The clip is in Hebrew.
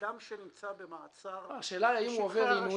אדם שנמצא במעצר בשטחי הרשות --- השאלה היא אם הוא עובר עינויים